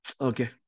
Okay